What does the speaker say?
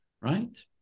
right